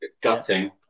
gutting